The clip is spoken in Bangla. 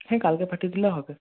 হ্যাঁ কালকে পাঠিয়ে দিলে হবে